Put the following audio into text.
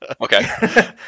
okay